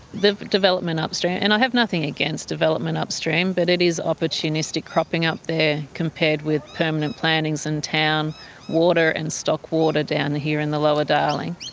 the development upstream, and i have nothing against development upstream, but it is opportunistic cropping up there compared with permanent plantings and town water and stock water down here in the lower darling.